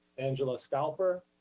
angela stauffer. ah,